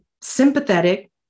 sympathetic